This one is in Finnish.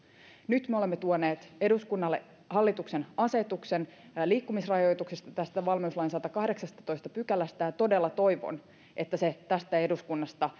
nyt me olemme tuoneet eduskunnalle hallituksen asetuksen liikkumisrajoituksista tästä valmiuslain sadannestakahdeksannestatoista pykälästä ja todella toivon että se eduskunnasta